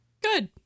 Good